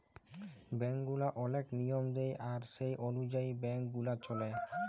bank গুলা ওলেক লিয়ম দেয় আর সে অলুযায়ী ব্যাংক গুলা চল্যে